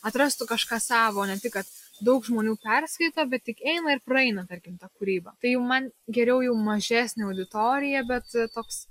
atrastų kažką savo ne tik kad daug žmonių perskaito bet tik eina ir praeina tarkim kūryba tai jau man geriau jau mažesnė auditorija bet toks